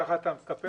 ככה אתה מקפח אותי?